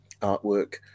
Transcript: artwork